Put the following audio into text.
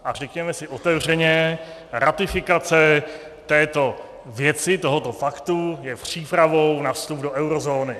A řekněme si otevřeně, ratifikace této věci, tohoto faktu je přípravou na vstup do eurozóny.